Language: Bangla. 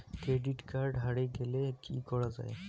ক্রেডিট কার্ড হারে গেলে কি করা য়ায়?